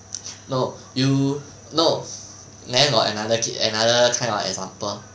no you no then got another kid another kind of example